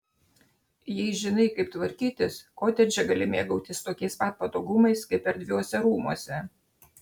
jei žinai kaip tvarkytis kotedže gali mėgautis tokiais pat patogumais kaip erdviuose rūmuose